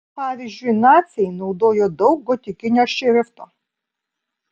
pavyzdžiui naciai naudojo daug gotikinio šrifto